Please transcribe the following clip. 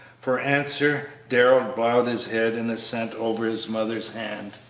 for answer darrell bowed his head in assent over his mother's hand.